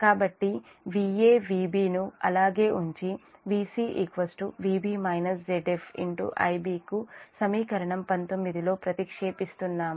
కాబట్టి Va Vb ను అలాగే ఉంచి Vc Vb - Zf Ib ను సమీకరణం 19 లో ప్రతిక్షేపిస్తున్నాము